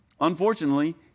Unfortunately